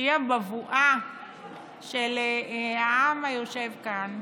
שהיא הבבואה של העם היושב כאן,